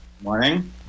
Morning